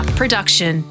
production